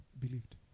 believed